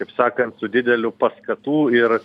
kaip sakant su dideliu paskatų ir